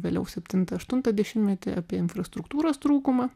vėliau septintą aštuntą dešimtmetį apie infrastruktūros trūkumą